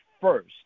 first